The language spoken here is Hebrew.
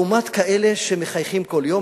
לעומת אלה שמחייכים כל יום.